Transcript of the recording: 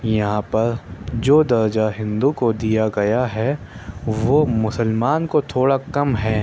یہاں پر جو درجہ ہندو کو دیا گیا ہے وہ مسلمان کو تھوڑا کم ہے